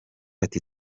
ati